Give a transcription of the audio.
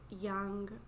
young